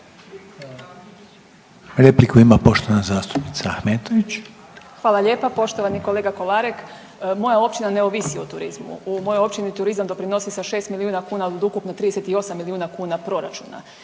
Repliku ima poštovana zastupnica Ahmetović. **Ahmetović, Mirela (SDP)** Hvala lijepa. Poštovani kolega Kolarek. Moja općina ne ovisi o turizmu u mojoj općini turizam doprinosi sa šest milijuna kuna od ukupno 38 milijuna kuna proračuna,